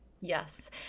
yes